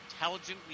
intelligently